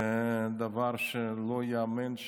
זה דבר שלא ייאמן,